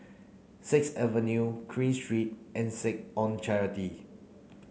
sixth Avenue Queen Street and Seh Ong Charity